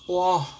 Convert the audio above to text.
!wah!